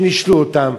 שנישלו אותם,